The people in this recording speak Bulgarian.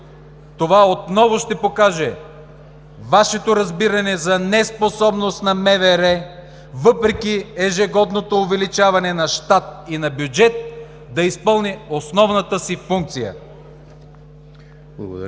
това отново ще покаже Вашето разбиране за неспособност на МВР, въпреки ежегодното увеличаване на щат и на бюджет, да изпълни основната си функция.